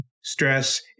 stress